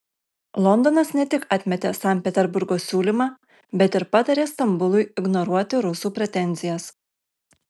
londonas ne tik atmetė sankt peterburgo siūlymą bet ir patarė stambului ignoruoti rusų pretenzijas